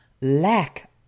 lack